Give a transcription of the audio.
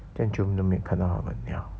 这样久都没有看到他们 liao